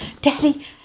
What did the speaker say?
Daddy